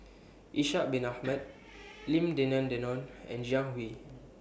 Ishak Bin Ahmad Lim Denan Denon and Jiang Hu